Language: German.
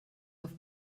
auf